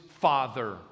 father